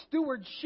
stewardship